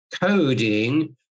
coding